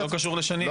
זה לא קשור לשני.